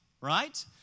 right